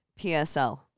PSL